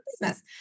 business